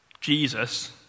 Jesus